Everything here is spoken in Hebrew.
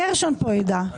גרשון פה יידע.